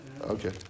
Okay